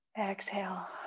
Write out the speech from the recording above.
Exhale